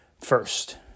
first